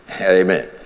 Amen